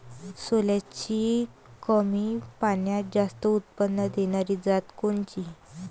सोल्याची कमी पान्यात जास्त उत्पन्न देनारी जात कोनची?